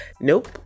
nope